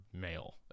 male